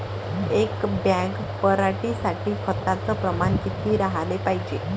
एक बॅग पराटी साठी खताचं प्रमान किती राहाले पायजे?